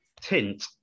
tint